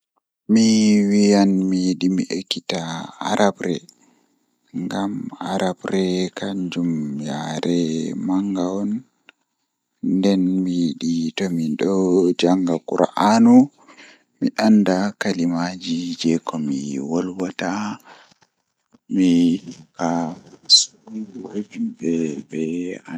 Mi wiyan mi yidi mi ekita arabre ngam arabre kanjum yaare manga on nden mi yidi to midon jamga kur'anu mi anda kalimaaji jei ko mi wolwata mi tokka sunugo himbe kobe andaa.